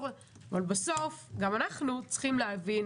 אבל בסוף גם אנחנו צריכים להבין